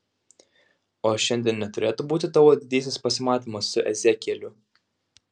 o šiandien neturėtų būti tavo didysis pasimatymas su ezekieliu